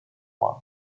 one